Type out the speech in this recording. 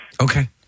Okay